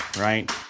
right